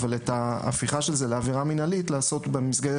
אבל את ההפיכה של זה לעבירה מינהלית לעשות במסגרת